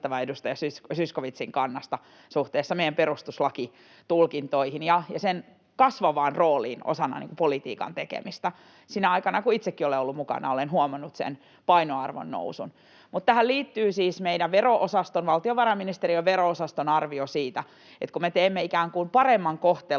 edustaja Zyskowiczin kantaan suhteessa meidän perustuslakitulkintoihimme ja niiden kasvavaan rooliin osana politiikan tekemistä. Sinä aikana, kun itsekin olen ollut mukana, olen huomannut sen painoarvon nousun, mutta tähän liittyy siis valtiovarainministeriön vero-osaston arvio siitä, että kun me teemme ikään kuin paremman kohtelun